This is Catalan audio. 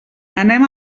anem